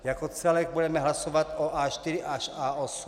Jako celek budeme hlasovat o A4 až A8.